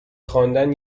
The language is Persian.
خواندن